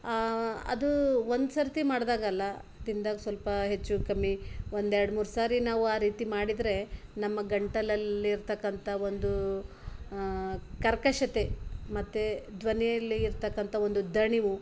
ಅದು ಒಂದುಸರ್ತಿ ಮಾಡಿದಾಗಲ್ಲ ತಿಂದಾಗ ಸ್ವಲ್ಪ ಹೆಚ್ಚು ಕಮ್ಮಿ ಒಂದೆರಡ್ಮೂರು ಸಾರಿ ನಾವು ಆ ರೀತಿ ಮಾಡಿದರೆ ನಮ್ಮ ಗಂಟಲಲ್ಲಿ ಇರ್ತಕಂಥ ಒಂದು ಕರ್ಕಶತೆ ಮತ್ತು ಧ್ವನಿಯಲ್ಲಿ ಇರ್ತಕಂಥ ಒಂದು ದಣಿವು